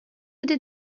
ydy